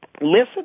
listen